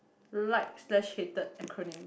liked slash hated acronym